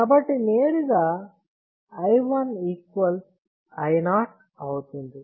కాబట్టి నేరుగా i1 i0 అవుతుంది